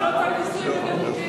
שלא צריך נישואים וגירושים.